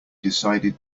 decided